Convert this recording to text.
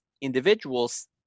individuals